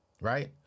right